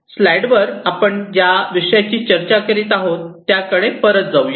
स्लाइड्सवर आपण ज्या चर्चा करीत आहोत त्याकडे परत जाऊया